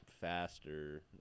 faster